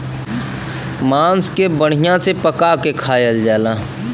मांस के बढ़िया से पका के खायल जाला